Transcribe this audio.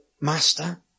master